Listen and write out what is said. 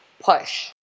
push